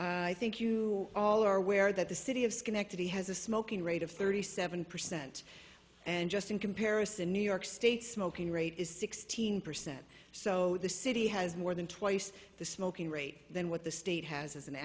i think you all are aware that the city of schenectady has a smoking rate of thirty seven percent and just in comparison new york state smoking rate is sixteen percent so the city has more than twice the smoking rate than what the state has a